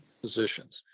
positions